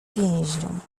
więźniom